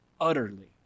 utterly